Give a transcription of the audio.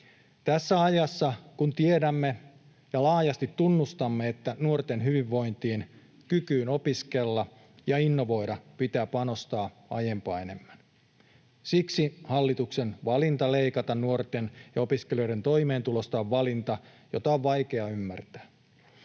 tässä ajassa, kun tiedämme ja laajasti tunnustamme, että nuorten hyvinvointiin ja kykyyn opiskella ja innovoida pitää panostaa aiempaa enemmän. Siksi hallituksen valinta leikata nuorten ja opiskelijoiden toimeentulosta on valinta, jota on vaikea ymmärtää.